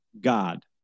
God